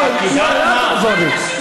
יואל, אל תעזור לי.